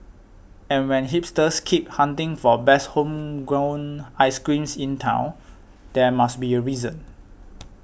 and when hipsters keep hunting for best homegrown ice creams in town there must be a reason